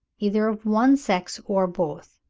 either of one sex or both.